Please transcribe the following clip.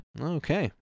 Okay